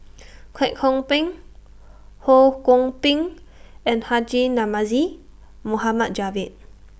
Kwek Hong Png Ho Kwon Ping and Haji Namazie Mohd Javad